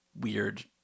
weird